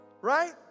Right